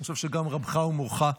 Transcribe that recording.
ואני חושב שגם רבך ומורך,